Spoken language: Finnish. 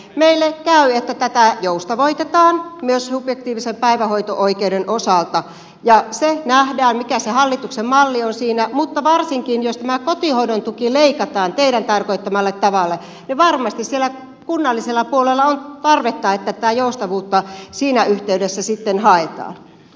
meille käy että tätä joustavoitetaan myös subjektiivisen päivähoito oikeuden osalta ja se nähdään mikä se hallituksen malli on siinä mutta varsinkin jos tämä kotihoidon tuki leikataan teidän tarkoittamallanne tavalla niin varmasti siellä kunnallisella puolella on tarvetta sille että tätä joustavuutta siinä yhteydessä sitten hain